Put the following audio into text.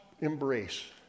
embrace